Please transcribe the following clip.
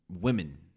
women